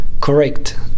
correct